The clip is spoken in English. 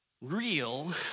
real